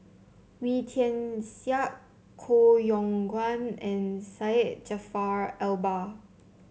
Wee Tian Siak Koh Yong Guan and Syed Jaafar Albar